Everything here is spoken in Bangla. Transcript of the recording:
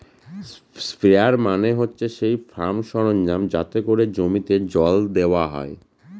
স্প্রেয়ার মানে হচ্ছে সেই ফার্ম সরঞ্জাম যাতে করে জমিতে জল দেওয়া হয়